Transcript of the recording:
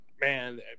man